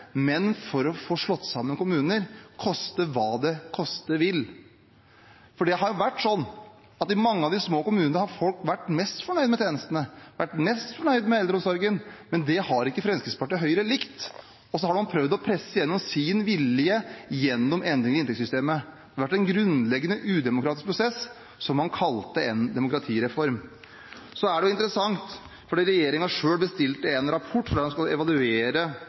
men for å få slått sammen kommuner – koste hva det koste vil. For det har vært sånn at i mange av de små kommunene har folk vært mest fornøyd med tjenestene, vært mest fornøyd med eldreomsorgen, men det har ikke Fremskrittspartiet og Høyre likt, og så har de prøvd å presse gjennom sin vilje gjennom endring i inntektssystemet. Det har vært en grunnleggende udemokratisk prosess som man kalte en demokratireform. Det er interessant at regjeringen selv bestilte en rapport fordi de skulle evaluere